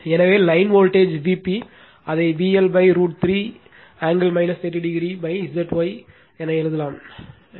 எனவே line voltage Vp அதை VL √ 3 angle 30o Zy என எழுதலாம்